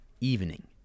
evening